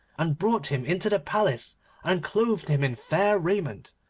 and brought him into the palace and clothed him in fair raiment,